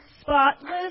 spotless